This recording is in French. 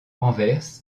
anvers